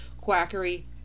quackery